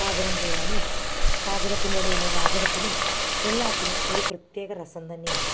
പാചകം ചെയ്യാനും പാചകത്തിൻ്റെ ഇടയിൽ വാചകത്തിനും എല്ലാത്തിനും ഒര് പ്രത്യേക രസം തന്നെയാണ്